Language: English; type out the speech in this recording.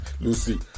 Lucy